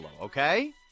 okay